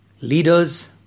leaders